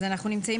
אוקיי.